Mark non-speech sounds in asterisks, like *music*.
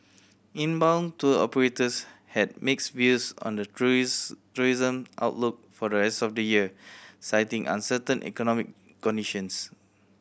inbound tour operators had mixed views on the *unintelligible* tourism outlook for the rest of the year citing uncertain economic conditions